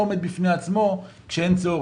ספר לא עומד בפני עצמו כשאין צורך.